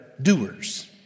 Doers